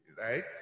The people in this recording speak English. right